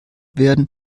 werden